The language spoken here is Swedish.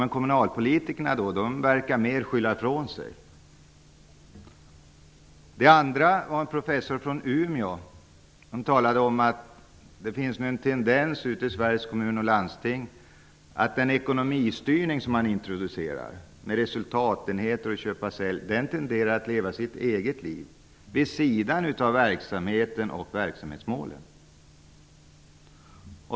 Men kommunalpolitikerna verkar mer skylla ifrån sig, fick jag höra. För det andra var det en professor från Umeå som talade om att den ekonomistyrning som man har introducerat i kommuner och landsting, med resultatenheter och köpa--sälj, tenderar att leva sitt eget liv, vid sidan av verksamheten och verksamhetsmålen.